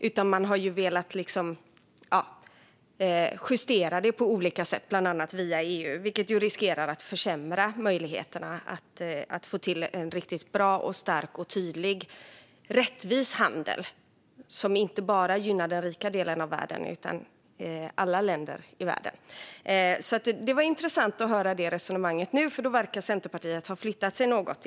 I stället har man velat justera det på olika sätt, bland annat via EU, vilket riskerar att försämra möjligheterna att få till en riktigt bra, stark, tydlig och rättvis handel som inte bara gynnar den rika delen av världen utan alla länder i världen. Det var intressant att höra resonemanget här. Det verkar som att Centerpartiet i så fall har flyttat sig något.